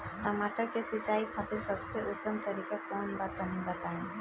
टमाटर के सिंचाई खातिर सबसे उत्तम तरीका कौंन बा तनि बताई?